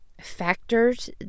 factors